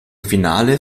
finale